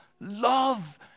Love